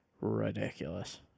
ridiculous